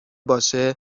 باشه